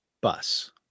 bus